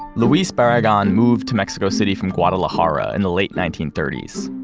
luis barragan moved to mexico city from guadalajara in the late nineteen thirty s.